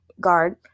guard